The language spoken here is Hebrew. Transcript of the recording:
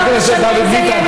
חבר הכנסת דוד ביטן,